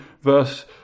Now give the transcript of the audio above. verse